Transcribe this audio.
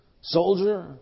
soldier